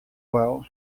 well